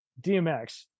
dmx